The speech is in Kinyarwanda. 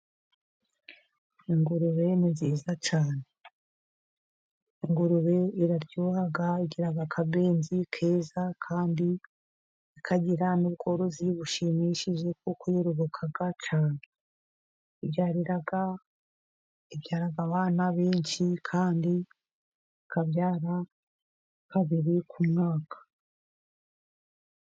Ingurube ni nziza cyane. Ingurube iraryoha igira akabenzi keza, kandi ikagira n'ubworozi bushimishije kuko yororoka cyane. Ibyara abana benshi kandi ikabyara kabiri ku mwaka.